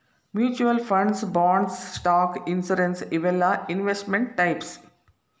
mutual funds bonds stock insurance ಇವೆಲ್ಲಾ investment types